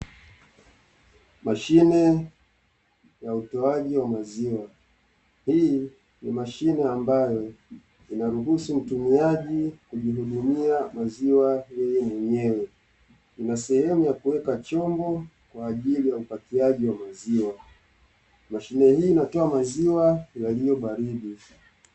Mashine ya utoaji wa maziwa, hii ni mashine ambayo inaruhusu mtumiaji kujihudumia maziwa yeye mwenyewe. Ina sehemu ya kuweka chombo kwa ajili ya upakiaji wa maziwa. Mashine hii inatoa maziwa yaliyo baridi.